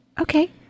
Okay